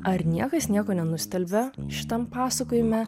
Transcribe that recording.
ar niekas nieko nenustelbia šitam pasakojime